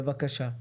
בבקשה.